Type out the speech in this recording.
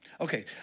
Okay